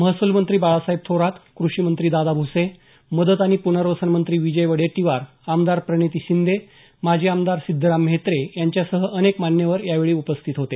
महसूलमंत्री बाळासाहेब थोरात कृषीमंत्री दादा भूसे मदत आणि पुनर्वसन मंत्री विजय वडेट्टीवार आमदार प्रणिती शिंदे माजी आमदार सिद्धराम म्हेत्रे यांच्यासह अनेक मान्यवर यावेळी उपस्थित होते